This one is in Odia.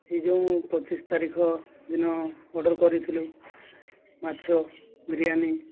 ଏଇ ଯେଉଁ ପଚିଶି ତାରିଖ ଦିନ ଅର୍ଡ଼ର୍ କରିଥିଲୁ ମାଛ ବିରିଆନୀ